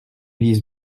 vise